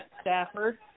Stafford